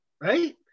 right